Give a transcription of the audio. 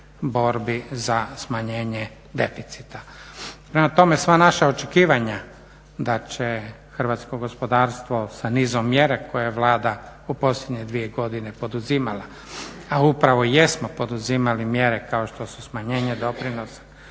za smanjenje deficita. Prema tome, sva naša očekivanja da će hrvatsko gospodarstvo sa nizom mjera koje je Vlada u posljednje dvije godine poduzimala, a upravo jesmo poduzimali mjere kao što su smanjenje doprinosa,